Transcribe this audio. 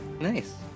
Nice